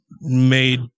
made